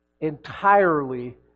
entirely